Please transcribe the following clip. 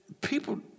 people